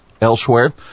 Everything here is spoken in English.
Elsewhere